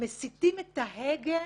ומסיטים את ההגה